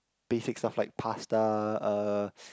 basic stuff like pasta uh